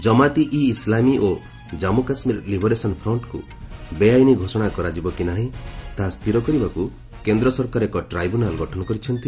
ଜମାତି ଇ ଇସ୍ଲାମୀ ଓ କନ୍ମୁ କାଶ୍ମୀର ଲିବରେସନ୍ ଫ୍ରଷ୍ଟ୍କୁ ବେଆଇନ ଘୋଷଣା କରାଯିବ କି ନାହିଁ ତାହା ସ୍ଥିର କରିବାକୁ କେନ୍ଦ୍ର ସରକାର ଏକ ଟ୍ରାଇବୁନାଲ୍ ଗଠନ କରିଛନ୍ତି